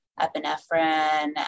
epinephrine